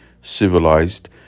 civilized